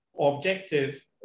objective